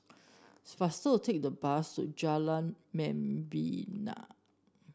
faster to take the bus to Jalan Membina